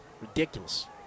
Ridiculous